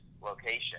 location